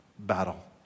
battle